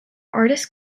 artist